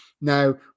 Now